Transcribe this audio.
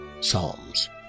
Psalms